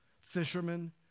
Fishermen